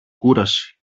κούραση